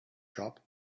shop